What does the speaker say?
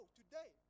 today